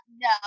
no